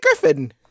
Griffin